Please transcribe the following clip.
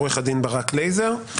עורך הדין ברק לייזר.